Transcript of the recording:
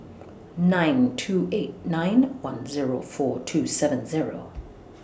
nine two eight nine one Zero four two seven Zero